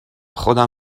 خودم